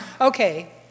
Okay